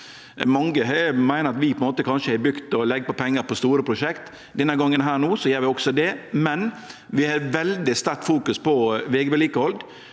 Mange meiner at vi kanskje har bygd og legg på pengar på store prosjekt. Denne gongen gjer vi også det, men vi har veldig sterkt fokus på vegvedlikehald.